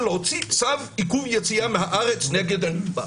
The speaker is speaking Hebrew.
להוציא צו עיכוב יציאה מהארץ נגד הנתבע.